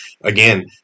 again